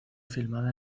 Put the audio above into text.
filmada